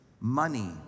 money